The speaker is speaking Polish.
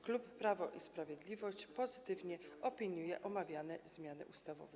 Klub Prawo i Sprawiedliwość pozytywnie opiniuje omawiane zmiany ustawowe.